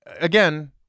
again